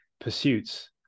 pursuits